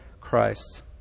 Christ